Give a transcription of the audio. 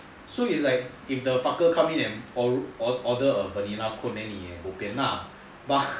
so it's like if the father come in and order a vanilla cone then they bo pian lah but